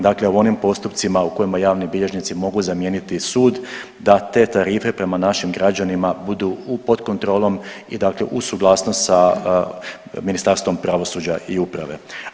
Dakle, u onim postupcima u kojima javni bilježnici mogu zamijeniti sud, da te tarife prema našim građanima budu pod kontrolom i dakle uz suglasnost sa Ministarstvom pravosuđa i uprave.